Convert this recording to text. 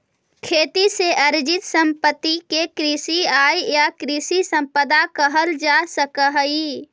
खेती से अर्जित सम्पत्ति के कृषि आय या कृषि सम्पदा कहल जा सकऽ हई